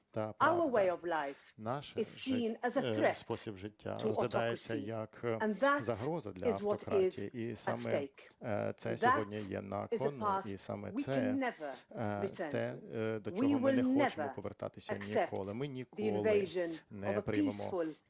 Наш спосіб життя розглядається як загроза для автократії. І саме це сьогодні є на кону. І саме це те, до чого ми не хочемо повертатися ніколи. Ми ніколи не приймемо